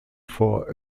for